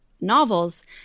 novels